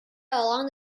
along